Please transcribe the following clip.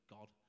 God